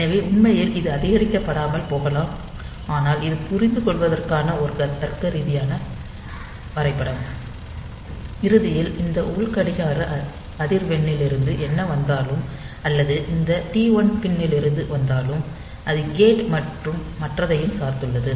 எனவே உண்மையில் இது அதிகரிக்கப்படாமல் போகலாம் ஆனால் இது புரிந்து கொள்வதற்கான ஒரு தர்க்கரீதியான வரைபடம் இறுதியில் இந்த உள் கடிகார அதிர்வெண்ணிலிருந்து என்ன வந்தாலும் அல்லது இந்த டி1 பின் இருந்து வந்தாலும் அது கேட் மற்றும் மற்றதையும் சார்ந்துள்ளது